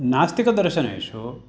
नास्तिकदर्शनेषु